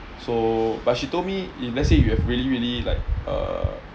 so but she told me if let's say you have really really like uh